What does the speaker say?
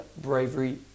bravery